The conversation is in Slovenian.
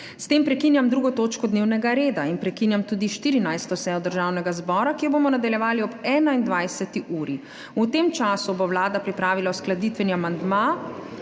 S tem prekinjam 2. točko dnevnega reda in prekinjam tudi 14. sejo Državnega zbora, ki jo bomo nadaljevali ob 21. uri. V tem času bo Vlada pripravila uskladitveni amandma